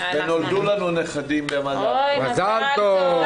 ונולדו לנו נכדים --- מזל טוב.